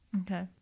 Okay